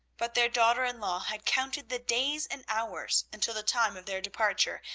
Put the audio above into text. but their daughter-in-law had counted the days and hours until the time of their departure,